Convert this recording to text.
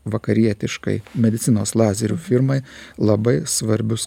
vakarietiškai medicinos lazerių firmai labai svarbius